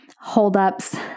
holdups